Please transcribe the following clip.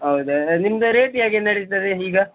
ಹೌದಾ ನಿಮ್ದು ರೇಟ್ ಹೇಗೆ ನಡೀತದೆ ಈಗ